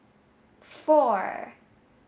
four